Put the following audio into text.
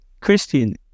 Christian